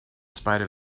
spite